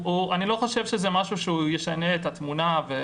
אני לא חושב שזה משהו שישנה את התמונה.